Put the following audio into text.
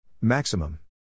Maximum